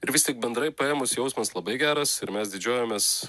ir vis tik bendrai paėmus jausmas labai geras ir mes didžiuojamės